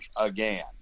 again